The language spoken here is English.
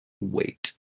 wait